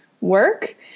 work